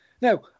Now